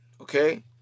Okay